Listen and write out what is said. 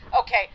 Okay